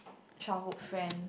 childhood friend